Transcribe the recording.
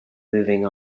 moving